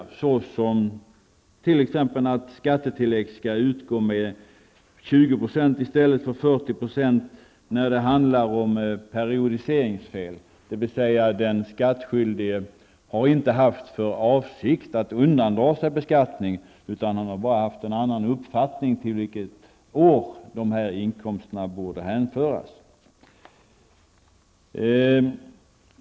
Ett förslag går t.ex. ut på att skattetillägg skall utgå med 20 % i stället för 40 % när det handlar om periodiseringsfel, dvs. att den skattskyldige inte har haft för avsikt att undandra sig beskattning utan bara har haft en annan uppfattning om till vilket år inkomsterna borde hänföras.